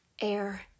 Air